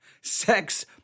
sex